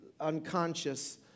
unconscious